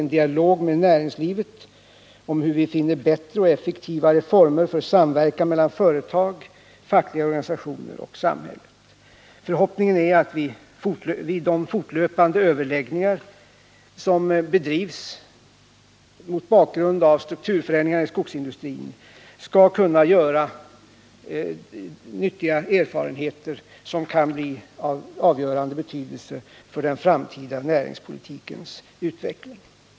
en dialog med näringslivet om hur vi skall finna bättre och effektivare former för samverkan mellan företag, fackliga organisationer och samhälle. Förhoppningen är att vi vid de fortlöpande överläggningar som bedrivs mot bakgrund av strukturförändringarna i skogsindustrin skall kunna göra nyttiga erfarenheter, som kan bli av avgörande betydelse för den framtida näringspolitikens utveckling.